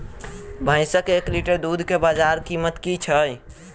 भैंसक एक लीटर दुध केँ बजार कीमत की छै?